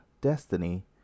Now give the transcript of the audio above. destiny